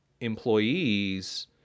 employees